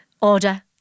order